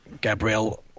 Gabriel